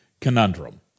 conundrum